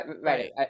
Right